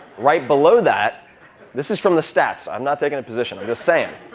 right below that this is from the stats. i'm not taking a position. i'm just saying.